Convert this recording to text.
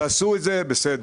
תעשו את זה בסדר.